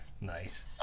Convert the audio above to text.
Nice